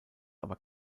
aber